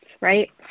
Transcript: right